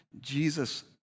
Jesus